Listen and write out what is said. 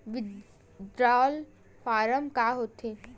Withdrawal form का होथे?